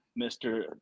Mr